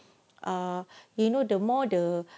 uh you know the more the